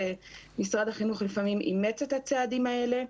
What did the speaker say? משרד החינוך לפעמים אימץ את הצעדים האלה.